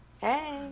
Hey